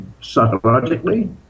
psychologically